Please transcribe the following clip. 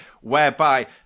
whereby